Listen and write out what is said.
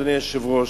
אדוני היושב-ראש,